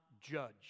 judge